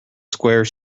square